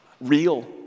Real